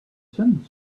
sun